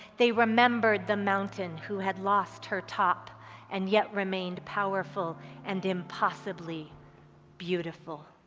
they remembered the mountain who had lost her top and yet remained powerful and impossiblely beautiful.